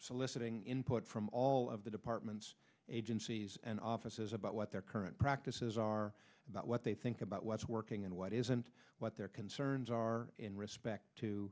soliciting input from all of the departments agencies and offices about what their current practices are about what they think about what's working and what isn't what their concerns are in respect to